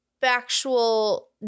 factual